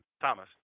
Thomas